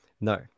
No